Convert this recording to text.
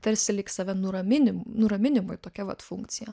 tarsi lyg save nuraminimu nuraminimui tokia vat funkcija